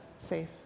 safe